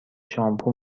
شامپو